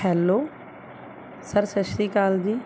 hello sir ਸਤਿ ਸ਼੍ਰੀ ਅਕਾਲ ਜੀ